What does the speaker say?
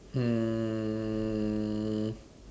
um